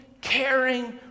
caring